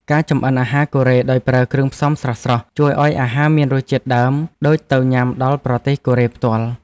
ការចម្អិនអាហារកូរ៉េដោយប្រើគ្រឿងផ្សំស្រស់ៗជួយឱ្យអាហារមានរសជាតិដើមដូចទៅញ៉ាំដល់ប្រទេសកូរ៉េផ្ទាល់។